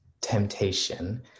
temptation